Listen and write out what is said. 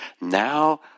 Now